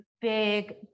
big